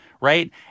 right